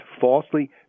falsely